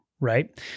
Right